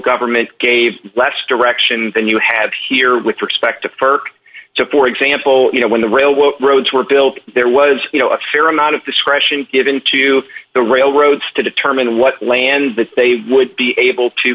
government gave less direction than you have here with respect to st to for example you know when the railway roads were built there was you know a fair amount of discretion given to the railroads to determine what land that they would be able to